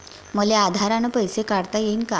मले आधार न पैसे काढता येईन का?